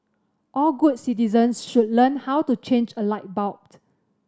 all good citizens should learn how to change a light